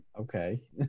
okay